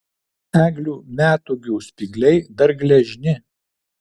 eglių metūgių spygliai dar gležni